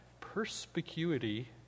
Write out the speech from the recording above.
perspicuity